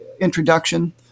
introduction